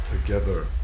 Together